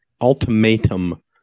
ultimatum